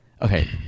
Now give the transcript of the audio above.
okay